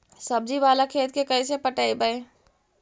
सब्जी बाला खेत के कैसे पटइबै?